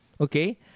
Okay